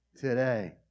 today